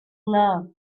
love